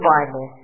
Bible